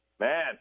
Man